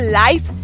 life